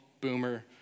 boomer